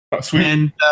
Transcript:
Sweet